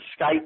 Skype